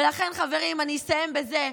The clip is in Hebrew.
ולכן, חברים, אני אסיים בזה,